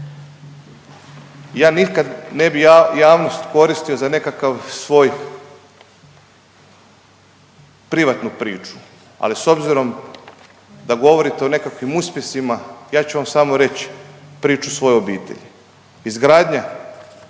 Ja nikad ne bih javnost koristio za nekakav svoj privatnu priču, ali s obzirom da govorite o nekakvim uspjesima, ja ću vam samo reći priču svoje obitelji. Izgradnja